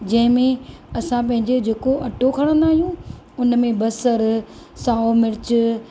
जंहिंमें असां पंहिंजो जेको अटो खणंदा आहियूं उन में बसर साओ मिर्च